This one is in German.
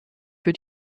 für